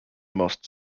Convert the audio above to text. most